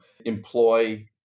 employ